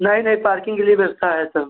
नहीं नहीं पार्किंग के लिए व्यवस्था है सब